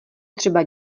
třeba